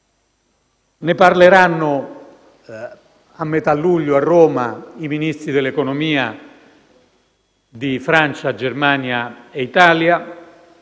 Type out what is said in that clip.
Ne parleranno a metà luglio a Roma i Ministri dell'economia di Francia, Germania e Italia.